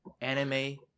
anime